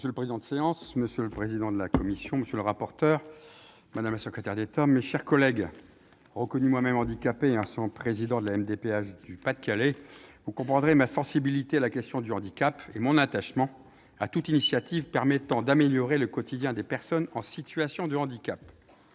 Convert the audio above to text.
loi. La parole est à M. Jean-Pierre Corbisez. Monsieur le président, madame la secrétaire d'État, mes chers collègues, reconnu moi-même handicapé et en tant qu'ancien président de la MDPH du Pas-de-Calais, vous comprendrez ma sensibilité à la question du handicap et mon attachement à toute initiative permettant d'améliorer le quotidien des personnes en situation de handicap.